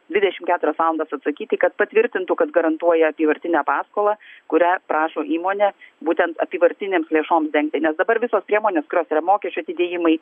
dvidešimt keturias valandas atsakyti kad patvirtintų kad garantuoja apyvartinę paskolą kurią prašo įmonė būtent apyvartinėms lėšoms dengti nes dabar visos priemonės kurios yra mokesčių atidėjimai